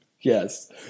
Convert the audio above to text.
Yes